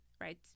Right